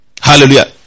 Hallelujah